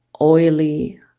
oily